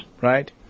right